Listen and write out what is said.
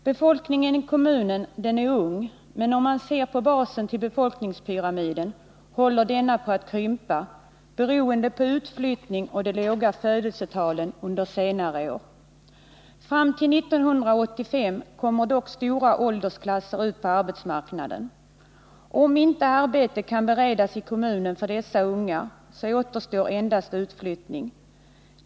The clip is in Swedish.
Befolkningen i kommunen är ung, men om man ser på basen till befolkningspyramiden finner man att den håller på att krympa beroende på utflyttning och de låga födelsetalen under senare år. Fram till 1985 kommer dock stora åldersklasser ut på arbetsmarknaden. Om inte arbete kan beredas i kommunen för dessa unga återstår endast utflyttning.